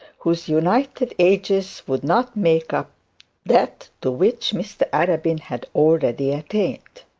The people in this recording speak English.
whose united ages would not make up that to which mr arabin had already attained.